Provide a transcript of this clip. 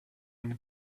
eine